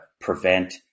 prevent